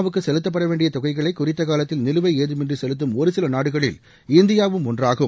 வுக்கு செலுத்தப்பட வேண்டிய தொகைகளை குறித்த காலத்தில் நிலுவை ஏதமின்றி செலுத்தும் ஒரு சில நாடுகளில் இந்தியாவும் ஒன்றாகும்